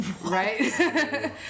right